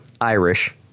Irish